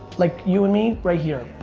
like you and me, right here.